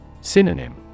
Synonym